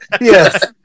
Yes